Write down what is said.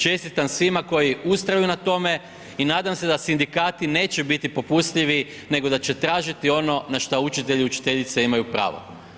Čestitam svima koji ustraju na tome i nadam se da sindikati neće biti popustljivi nego da će tražiti ono na što učitelji i učiteljice imaju pravo.